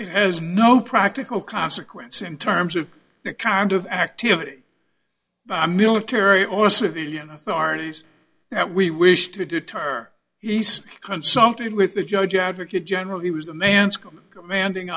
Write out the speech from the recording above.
it has no practical consequence in terms of the kind of activity by military or civilian authorities that we wish to deter he's consulted with the judge advocate general he was the man scum commanding